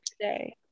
today